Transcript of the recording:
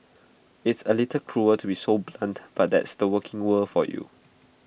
it's A little cruel to be so blunt but that's the working world for you